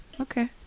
okay